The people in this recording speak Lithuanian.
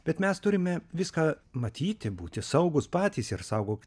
bet mes turime viską matyti būti saugūs patys ir saugok